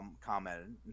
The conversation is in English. commented